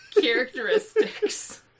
characteristics